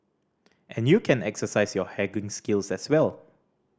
and you can exercise your skills as well